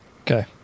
Okay